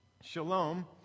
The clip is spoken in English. shalom